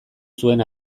zuen